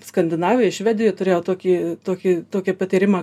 skandinavijoj švedijoj turėjau tokį tokį tokį patyrimą